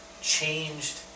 changed